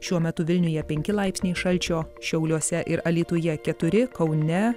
šiuo metu vilniuje penki laipsniai šalčio šiauliuose ir alytuje keturi kaune